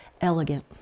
elegant